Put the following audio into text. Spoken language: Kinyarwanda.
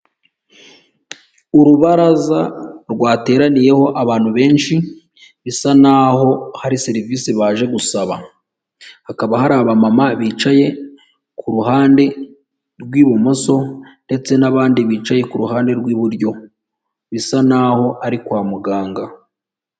Urubaraza rwateraniyeho abantu benshi bisa naho hari serivisi baje gusaba, hakaba hari abamama bicaye ku ruhande rw'ibumoso ndetse n'abandi bicaye ku ruhande rw'iburyo, bisa naho ari kwa muganga.